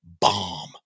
bomb